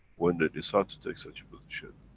when they decide to take such a position.